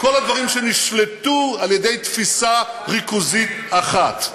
בכל הדברים שנשלטו על-ידי תפיסה ריכוזית אחת.